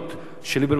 שליברמן מציע בחוק.